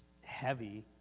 heavy